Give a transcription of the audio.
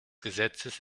gesetzes